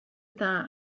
that